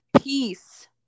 peace